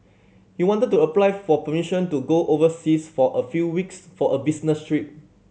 he wanted to apply for permission to go overseas for a few weeks for a business trip